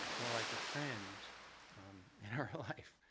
more like a friend in our life,